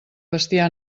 bestiar